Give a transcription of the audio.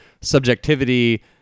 subjectivity